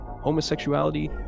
homosexuality